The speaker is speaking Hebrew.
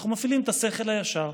אנחנו מפעילים את השכל הישר,